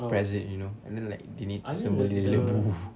present you know and then like they need so many lembu